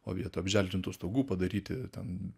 o vietoj apželdintų stogų padaryti ten